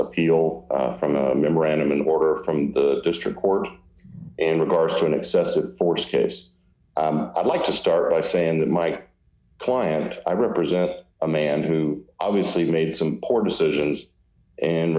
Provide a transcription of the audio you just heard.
appeal from a memorandum an order from the district court in regard to an excessive force case i'd like to start by saying that my client i represent a man who obviously made some poor decisions and